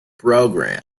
program